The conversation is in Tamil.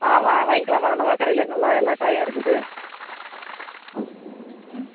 ஆ வ வாங்கிக்கலாம் மேடம் நம்ம கடையிலே நல்லா எல்லா காயும் இருக்குது ம்